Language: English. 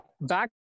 Back